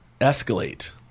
Escalate